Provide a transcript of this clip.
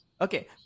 Okay